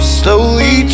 slowly